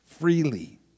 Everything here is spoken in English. freely